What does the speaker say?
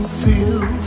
feel